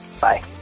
Bye